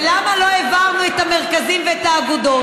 ולמה לא העברנו את המרכזים ואת האגודות?